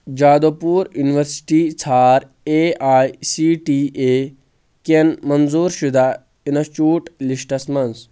جادو پوٗر یُنورسِٹی ژھانڑ A I C T E کٮ۪ن منظوٗر شُدہ اِنسچوٗٹ لِسٹس مَنٛز